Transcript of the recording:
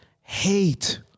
Hate